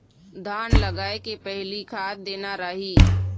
धान लगाय के पहली का खाद देना रही?